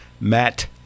Matt